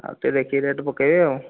ଆଉ ଟିକିଏ ଦେଖିକି ରେଟ୍ ପକେଇବେ ଆଉ